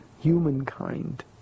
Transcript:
humankind